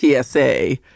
TSA